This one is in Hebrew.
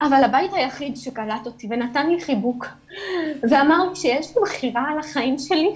הבית היחיד שקלט אותי ונתן לי חיבוק ואמר שיש --- על החיים שלי,